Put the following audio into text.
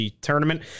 tournament